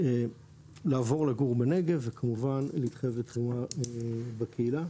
לעבור לגור בנגב וכמובן להתחייב לתרומה לקהילה.